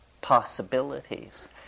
possibilities